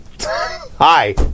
Hi